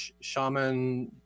shaman